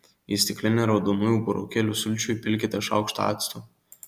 į stiklinę raudonųjų burokėlių sulčių įpilkite šaukštą acto